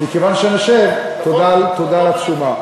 מכיוון שנשב, תודה על התשומה.